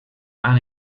han